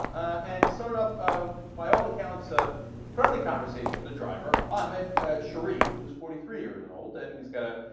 and startup ah. by all accounts a from the conversation with a driver ahmed as sherie who's forty three year old and he's got a ah.